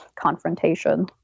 confrontation